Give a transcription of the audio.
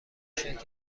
شرکت